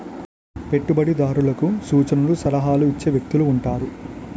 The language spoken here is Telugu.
పెట్టుబడిదారులకు సూచనలు సలహాలు ఇచ్చే వ్యక్తులు ఉంటారు